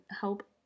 help